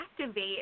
activate